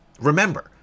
remember